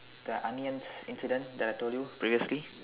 the onions incident I told you previously